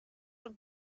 und